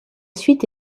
suite